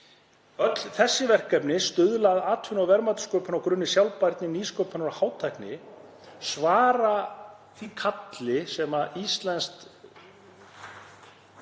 Öll þessi verkefni stuðla að atvinnu- og verðmætasköpun á grunni sjálfbærni, nýsköpunar og hátækni og svara því kalli sem íslenskt